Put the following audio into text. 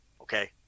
okay